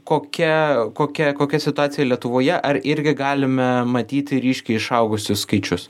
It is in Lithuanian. kokia kokia kokia situacija lietuvoje ar irgi galime matyti ryškiai išaugusius skaičius